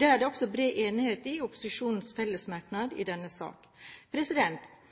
det også bred enighet om i opposisjonens fellesmerknad i denne